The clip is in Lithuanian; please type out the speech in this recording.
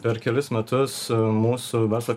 per kelis metus mūsų verslo